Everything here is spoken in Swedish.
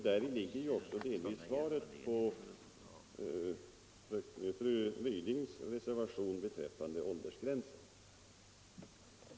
Däri ligger också delvis svaret på fru Rydings reservation beträffande åldersgränsen.